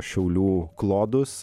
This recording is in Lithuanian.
šiaulių klodus